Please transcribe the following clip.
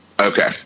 Okay